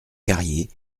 carrier